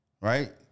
Right